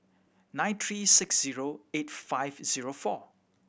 nine three six zero eight five zero four